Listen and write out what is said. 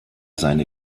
seine